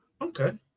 Okay